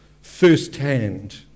firsthand